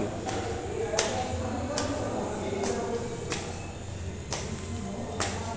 জঙ্গল এলাকা গুলাতে চাষ করে অনেক লাভ হতিছে